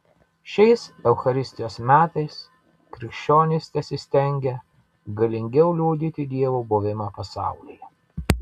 šiais eucharistijos metais krikščionys tesistengia galingiau liudyti dievo buvimą pasaulyje